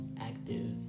active